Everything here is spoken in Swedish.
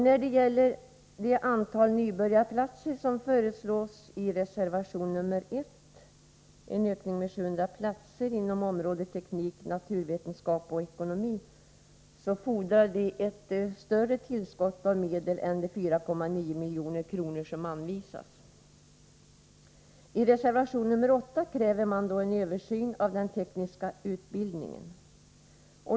När det gäller antalet nybörjarplatser föreslås i reservation nr 1 en ökning med 700 platser inom områdena teknik, naturvetenskap och ekonomi. En sådan ökning fordrar emellertid ett större tillskott av medel än de 4,9 milj.kr. som anvisats. I reservation nr 8 kräver man en översyn av den tekniska utbildningen.